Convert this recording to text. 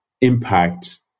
impact